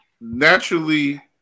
naturally